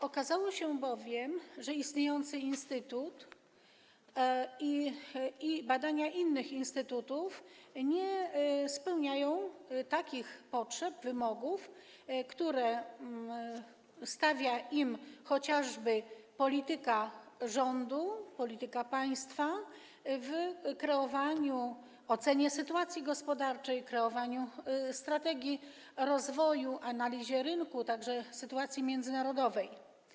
Okazało się bowiem, że istniejący instytut i badania innych instytutów nie spełniają takich potrzeb, wymogów, które stawia im chociażby polityka rządu, polityka państwa w kreowaniu, ocenie sytuacji gospodarczej, kreowaniu strategii rozwoju, analizie rynku, także sytuacji międzynarodowej.